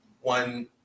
one